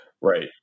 Right